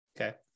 Okay